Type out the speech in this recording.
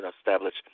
establish